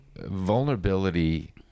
vulnerability